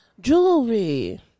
jewelry